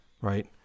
right